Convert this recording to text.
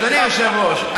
אדוני היושב-ראש,